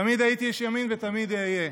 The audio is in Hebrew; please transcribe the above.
תמיד הייתי איש ימין ותמיד אהיה.